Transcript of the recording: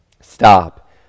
stop